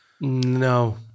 No